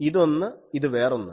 ഇത് ഒന്ന് ഇത് വേറൊന്ന്